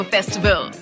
Festival